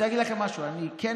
אני רוצה להגיד לכם משהו.